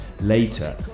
later